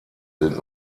sind